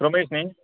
रमेश न्ही